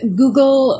Google